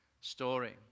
story